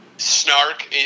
snark